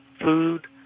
food